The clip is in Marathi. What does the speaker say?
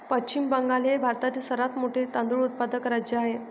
पश्चिम बंगाल हे भारतातील सर्वात मोठे तांदूळ उत्पादक राज्य आहे